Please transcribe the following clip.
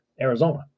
Arizona